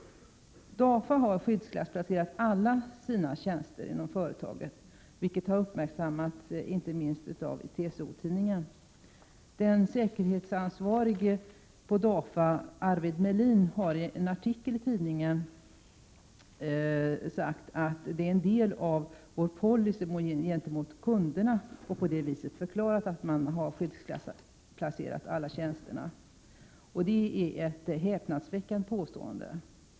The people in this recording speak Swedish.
DAFA har skyddsklassplacerat alla tjänster inom företaget, vilket har uppmärksammats inte minst av TCO-tidningen. Den säkerhetsansvarige på DAFA, Arvid Melin, har i en artikel i tidningen sagt att ”det är en del av vår policy gentemot kunderna”. På det viset har man förklarat varför man skyddsklassplacerat tjänsterna. Det är ett häpnadsväckande påstående.